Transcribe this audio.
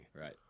Right